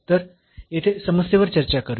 तर येथे समस्येवर चर्चा करूया